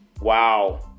Wow